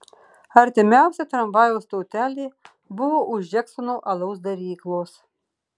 artimiausia tramvajaus stotelė buvo už džeksono alaus daryklos